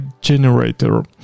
generator